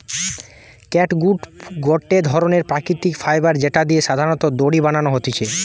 catgut গটে ধরণের প্রাকৃতিক ফাইবার যেটা দিয়ে সাধারণত দড়ি বানানো হতিছে